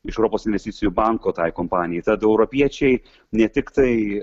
iš europos investicijų banko tai kompanijai tad europiečiai ne tiktai